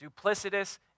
Duplicitous